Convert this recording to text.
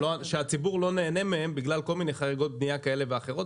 שהציבור לא נהנה מהן בגלל כל מיני חריגות בנייה כאלה ואחרות.